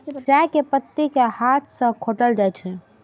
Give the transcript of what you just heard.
चाय के पत्ती कें हाथ सं खोंटल जाइ छै